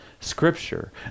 scripture